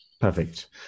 Perfect